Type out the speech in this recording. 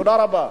תודה רבה.